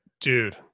Dude